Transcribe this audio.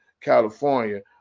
california